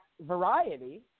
variety